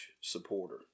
supporter